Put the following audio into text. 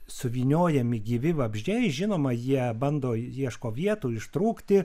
suvyniojami gyvi vabzdžiai žinoma jie bando ieško vietų ištrūkti